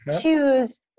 choose